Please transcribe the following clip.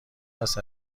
است